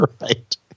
right